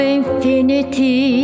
infinity